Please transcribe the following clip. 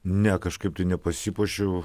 ne kažkaip tai nepasipuošiu